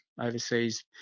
overseas